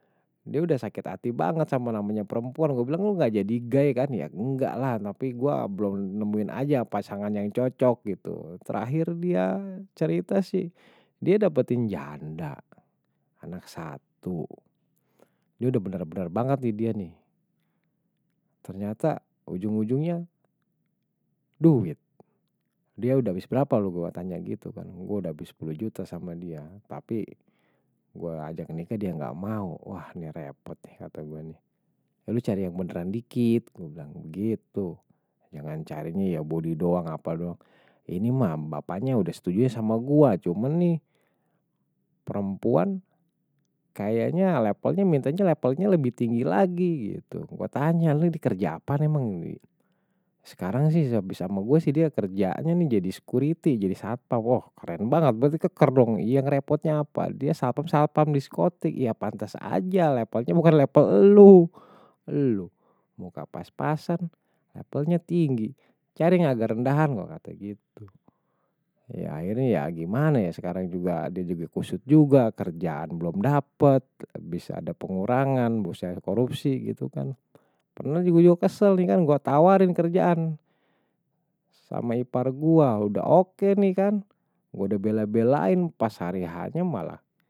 Dia udah sakit hati banget sama namanya perempuan, gue bilang, lu gak jadi gay kan ya enggak lah, tapi gue belum nemuin aje pasangan yang cocok gitu. Terakhir dia cerita sih, dia dapetin janda anak satu. Ini udah bener-bener banget nih dia nih. Ternyata, ujung-ujungnya duit. Dia udah habis berapa, lu gue tanya gitu kan gue udah habis sepuluh juta sama dia, tapi gue ajak nikah dia gak mau. Wah, ini repot nih kata gue nih. Ya lu cari yang beneran dikit. Gue bilang, gitu. Jangan carinya ya body doang, apa-apa doang. Ini mah, bapaknya udah setuju sama gue. cuman nih, perempuan kayaknya levelnya, minta aja levelnya lebih tinggi lagi. Gue tanya, ini kerja apaan emang sekarang sih, habis sama gue sih dia kerjanya jadi security, jadi satpam. Wah, keren banget. Berarti keker dong, yang repotnya apa. Dia satpam-satpam diskotik. Pantes aja, levelnya bukan level elu. Elu. Muka pas-pasan, levelnya tinggi. Cari yang agar rendahan, gue kata gitu. Ya, ini ya gimana ya. Sekarang dia juga kusut juga, kerjaan belum dapet. Habis ada pengurangan, bosnya korupsi gitu kan. Pernah juga kesel nih kan, gue tawarin kerjaan. Sama ipar gue, udah oke nih kan. Gue udah bela-belain pas hari h nya malah.